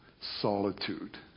solitude